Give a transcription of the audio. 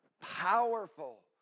powerful